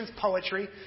poetry